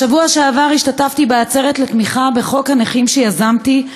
בשבוע שעבר השתתפתי בעצרת לתמיכה בחוק הנכים שיזמתי,